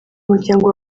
umuryango